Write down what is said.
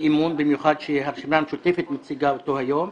האמון במיוחד כשהרשימה המשותפת מציגה אותו היום.